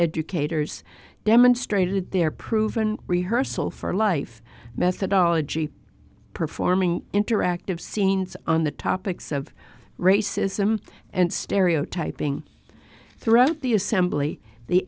educators demonstrated their proven rehearsal for life methodology performing interactive scenes on the topics of racism and stereotyping throughout the assembly the